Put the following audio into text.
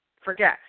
forget